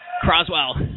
Croswell